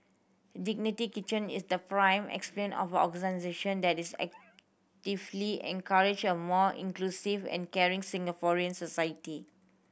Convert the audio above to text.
Dignity Kitchen is the prime of organisation that is actively encouraging a more inclusive and caring Singaporean society